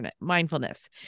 mindfulness